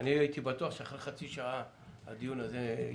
יצאנו מתוך הנחה שזה ברמה יישובית.